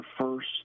first